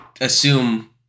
assume